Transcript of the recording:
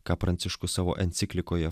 ką pranciškus savo enciklikoje